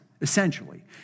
essentially